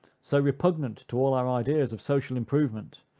so repugnant to all our ideas of social improvement,